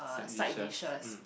like dishes mm